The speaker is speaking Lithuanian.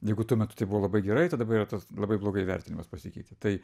jeigu tuo metu tai buvo labai gerai tad dabar yra tas labai blogai vertinimas pasikeitė tai